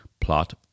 plot